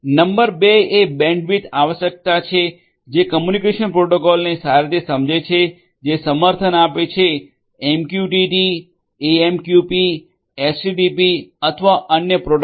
number બે એ bandwidth આવશ્યકતા છે જે કમ્યુનિકેશન પ્રોટોકોલ ને સારી રીતે સમજે છે કે જે સમર્થન આપે છે એમક્યુટીટી એએમક્યુપી એચટીપીપી અથવા અન્ય પ્રોટોકોલને